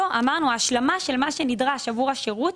אמרנו שההשלמה של מה שנדרש עבור השירות